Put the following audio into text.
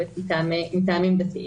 באמת מטעמים דתיים.